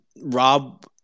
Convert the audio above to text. Rob